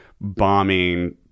bombing